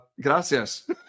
Gracias